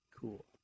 cool